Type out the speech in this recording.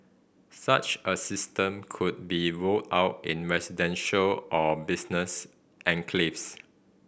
such a system could be rolled out in residential or business enclaves